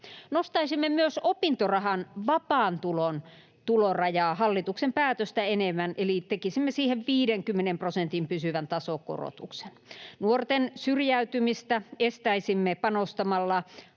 Nostaisimme myös opintorahan vapaan tulon tulorajaa hallituksen päätöstä enemmän eli tekisimme siihen 50 prosentin pysyvän tasokorotuksen. Nuorten syrjäytymistä estäisimme panostamalla